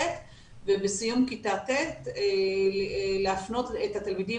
ט' ובסיכום כיתה ט' להפנות את התלמידים